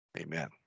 Amen